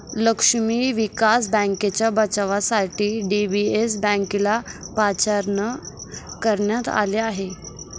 लक्ष्मी विलास बँकेच्या बचावासाठी डी.बी.एस बँकेला पाचारण करण्यात आले आहे